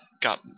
Got